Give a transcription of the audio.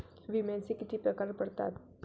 विम्याचे किती प्रकार पडतात?